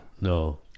no